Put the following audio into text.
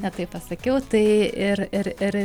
ne taip pasakiau tai ir ir ir